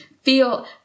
feel